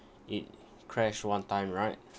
it crashed one time right